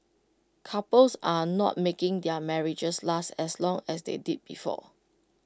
couples are not making their marriages last as long as they did before